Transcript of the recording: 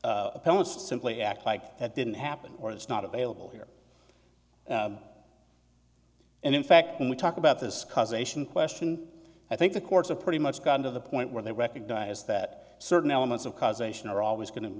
post simply act like that didn't happen or it's not available here and in fact when we talk about this cause ation question i think the courts are pretty much gotten to the point where they recognize that certain elements of causation are always going to